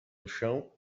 chão